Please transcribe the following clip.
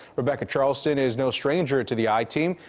rebecca charleston is no stranger to the i-team.